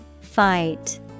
Fight